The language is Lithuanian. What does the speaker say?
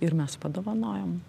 ir mes padovanojom